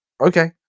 Okay